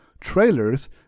trailers